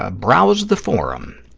ah browse the forum.